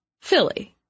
Philly